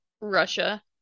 russia